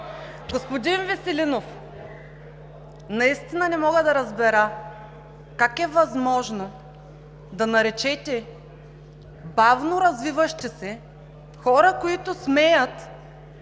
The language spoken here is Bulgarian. господин Веселинов, наистина не мога да разбера как е възможно да наречете бавноразвиващи се хора, които смеят